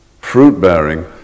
Fruit-bearing